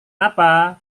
apa